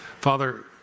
Father